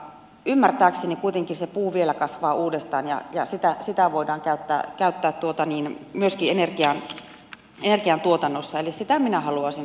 ymmärtääkseni kuitenkin se puu vielä kasvaa uudestaan ja sitä voidaan käyttää tuota niin myös kielen ja myöskin energiantuotannossa eli sitä minä haluaisin kannustaa